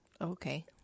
okay